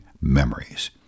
Memories